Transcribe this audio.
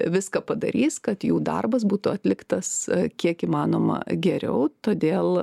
viską padarys kad jų darbas būtų atliktas kiek įmanoma geriau todėl